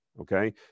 okay